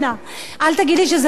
אל תגיד לי שזה לא נכון.